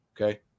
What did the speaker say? okay